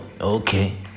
okay